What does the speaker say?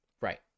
Right